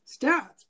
stats